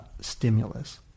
stimulus